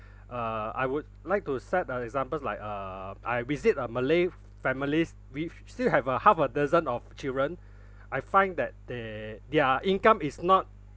uh I would like to set an examples like uh I visit a malay f~ families with still have uh half a dozen of children I find that they their income is not